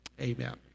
amen